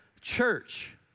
church